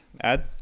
add